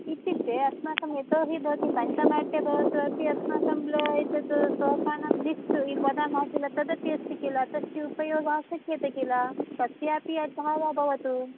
इत्युक्ते अस्माकं यतोहि भवति पञ्चमाट्टे भवतु अपि अस्माकं ल एतद् सोपानां लिस्ट् वदामः किल तदपि अस्ति किल तस्य उपयोगः शक्यते किल कस्यापि वा भवतु